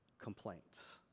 complaints